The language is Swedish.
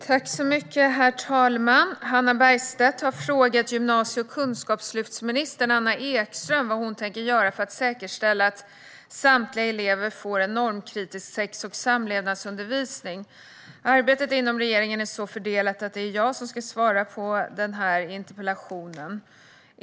Herr talman! Hannah Bergstedt har frågat gymnasie och kunskapslyftsministern Anna Ekström vad hon tänker göra för att säkerställa att samtliga elever får en normkritisk sex och samlevnadsundervisning. Arbetet inom regeringen är så fördelat att det är jag som ska svara på interpellationen.